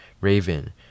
Raven